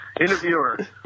Interviewer